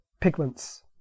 pigments